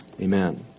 amen